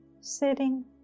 sitting